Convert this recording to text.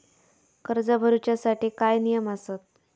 कर्ज भरूच्या साठी काय नियम आसत?